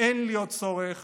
ואין לי עוד צורך